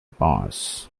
boss